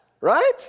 right